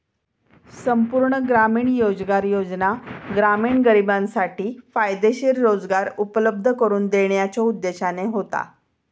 संपूर्ण ग्रामीण रोजगार योजना ग्रामीण गरिबांसाठी फायदेशीर रोजगार उपलब्ध करून देण्याच्यो उद्देशाने होता